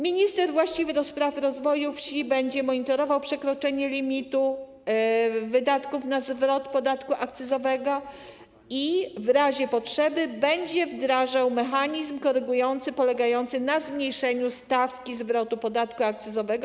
Minister właściwy do spraw rozwoju wsi będzie monitorował przekroczenie limitu wydatków na zwrot podatku akcyzowego i w razie potrzeby będzie wdrażał mechanizm korygujący polegający na zmniejszeniu stawki zwrotu podatku akcyzowego.